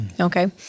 Okay